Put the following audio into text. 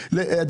לסיגריה רגילה.